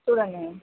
చూడండి